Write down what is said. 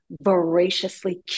voraciously